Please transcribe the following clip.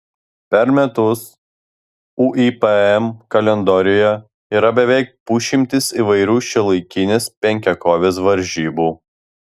per metus uipm kalendoriuje yra beveik pusšimtis įvairių šiuolaikinės penkiakovės varžybų